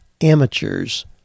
amateurs